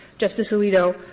justice alito,